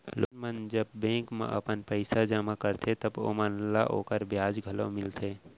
लोगन मन जब बेंक म अपन पइसा जमा करथे तव ओमन ल ओकर बियाज घलौ मिलथे